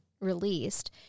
released